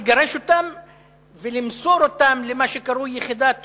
לגרש אותן ולמסור אותן למה שקרוי יחידת "עוז",